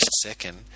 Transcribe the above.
second